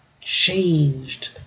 changed